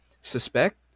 suspect